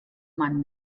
man